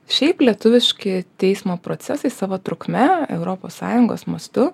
šiaip lietuviški teismo procesai savo trukme europos sąjungos mastu